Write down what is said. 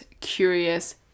curious